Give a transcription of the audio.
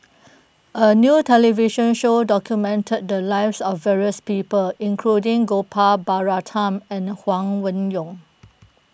a new television show documented the lives of various people including Gopal Baratham and Huang Wenhong